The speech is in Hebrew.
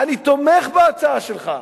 אני תומך בהצעה שלך,